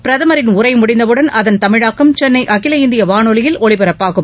பிரதமரின் உரை முடிந்தவுடன் அதன் தமிழாக்கம் சென்ளை அகில இந்திய வானொலியில் ஒலிபரப்பாகும்